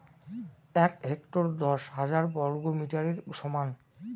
এক হেক্টর দশ হাজার বর্গমিটারের সমান